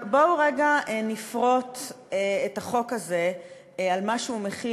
בואו רגע נפרוט את החוק הזה על מה שהוא מכיל,